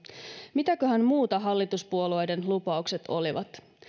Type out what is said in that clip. mitäköhän muuta hallituspuolueiden lupaukset olivat